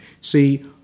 See